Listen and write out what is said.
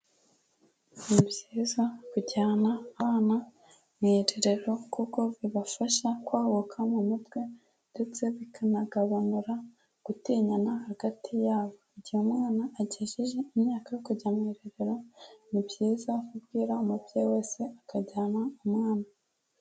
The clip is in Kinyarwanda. Ni byiza kujyana abana mu irerero kuko bibafasha kwaguka mu mutwe ndetse bikanagabanura gutinyana hagati yabo. Igihe umwana agejeje imyaka yo kujya mu irerero, ni byiza kubwira umubyeyi wese akajyana umwana.